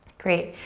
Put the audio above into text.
great,